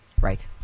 Right